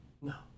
No